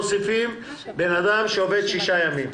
שאנחנו מוסיפים בן אדם שעובד שישה ימים.